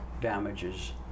damages